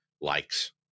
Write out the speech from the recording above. likes